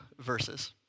verses